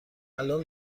الآن